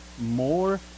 more